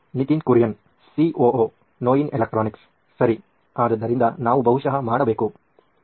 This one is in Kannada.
ನಿತಿನ್ ಕುರಿಯನ್ ಸಿಒಒ ನೋಯಿನ್ ಎಲೆಕ್ಟ್ರಾನಿಕ್ಸ್ ಸರಿ ಆದ್ದರಿಂದ ನಾವು ಬಹುಶಃ ಮಾಡಬೇಕು